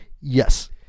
Yes